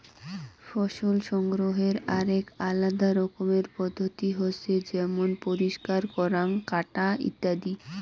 ফসল সংগ্রহনের আরাক আলাদা রকমের পদ্ধতি হসে যেমন পরিষ্কার করাঙ, কাটা ইত্যাদি